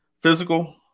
physical